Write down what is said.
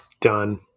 Done